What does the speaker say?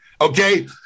Okay